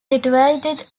situated